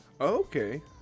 Okay